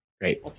Great